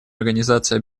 организации